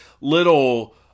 little